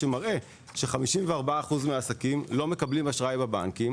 שמראה שכ-54% מהעסקים לא מקבלים אשראי בבנקים.